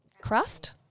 crust